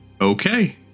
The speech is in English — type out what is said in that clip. Okay